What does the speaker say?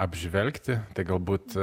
apžvelgti tai galbūt